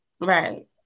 right